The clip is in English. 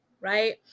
right